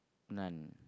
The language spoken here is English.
none